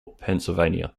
pennsylvania